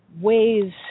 ways